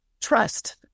trust